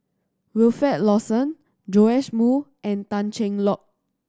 Wilfed Lawson Joash Moo and Tan Cheng Lock